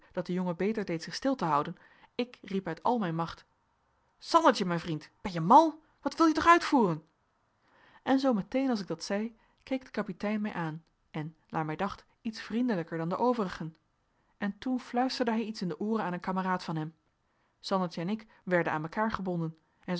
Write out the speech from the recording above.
dat de jongen beter deed zich stil te houden ik riep uit al mijn macht sandertje mijn vriend ben je mal wat wil je toch uitvoeren en zoo meteen als ik dat zei keek de kapitein mij aan en naar mij dacht iets vriendelijker dan de overigen en toen fluisterde hij iets in de ooren aan een kameraad van hem sandertje en ik werden aan mekaar gebonden en